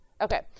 okay